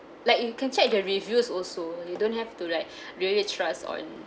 like you can check their reviews also you don't have to like really trust on